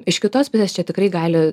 iš kitos pusės čia tikrai gali